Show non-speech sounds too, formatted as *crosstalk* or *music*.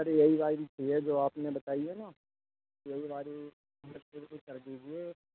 سر یہی والی چہیے جو آپ نے بنائی ہے نا یہی والی *unintelligible* کر دیجیے